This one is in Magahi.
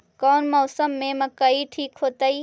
कौन मौसम में मकई ठिक होतइ?